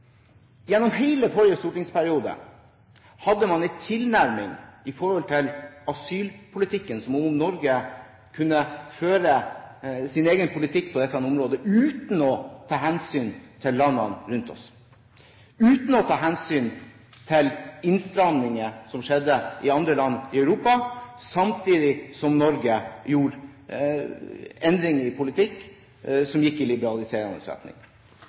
Gjennom hele forrige stortingsperiode hadde man en tilnærming til asylpolitikken som om Norge kunne føre sin egen politikk på dette området uten å ta hensyn til landene rundt oss, uten å ta hensyn til innstramminger som skjedde i andre land i Europa, samtidig som Norge gjorde en endring i politikken som gikk i liberaliserende retning.